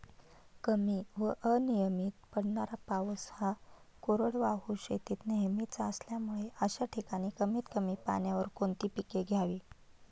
कमी व अनियमित पडणारा पाऊस हा कोरडवाहू शेतीत नेहमीचा असल्यामुळे अशा ठिकाणी कमी पाण्यावर कोणती पिके घ्यावी?